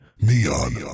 NEON